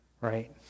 Right